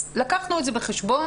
לקחנו את זה בחשבון.